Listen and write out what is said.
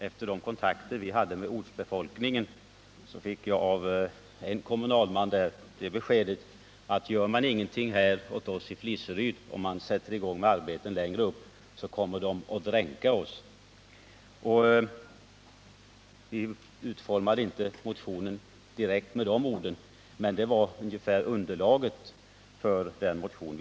Vid de kontakter som vi hade med ortsbefolkningen fick jag av en kommunalman det beskedet, att man om ingenting görs i Fliseryd i samband med att arbeten sätts i gång i åns övre lopp, kommer att dränka dem som bor i Fliseryd. Vi använde inte sådana ordvändningar i den motion som vi väckt, men det var i stort sett bakgrunden till att den kom till.